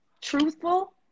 truthful